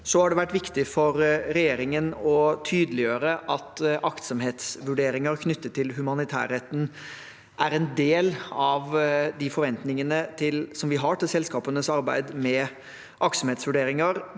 Så har det vært viktig for regjeringen å tydeliggjøre at aktsomhetsvurderinger knyttet til humanitærretten er en del av de forventningene vi har til selskapenes arbeid med aktsomhetsvurderinger